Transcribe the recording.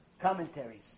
commentaries